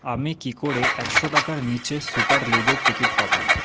আমি কী করে একশো টাকার নিচে সুপার লিগের টিকিট পাবো